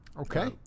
okay